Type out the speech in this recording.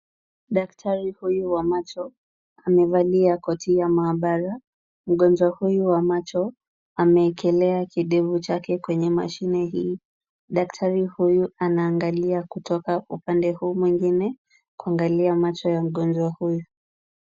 Daktari huyu wa macho amevalia koti ya maabara. Mgonjwa huyu wa macho, amewekelea kidevu chake kwenye mashine hii. Daktari huyu anaangalia kutoka upande huu mwingne kuangalia macho ya mgonjwa huyu.